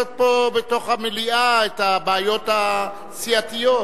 פה בתוך המליאה את הבעיות הסיעתיות.